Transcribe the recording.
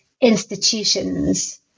institutions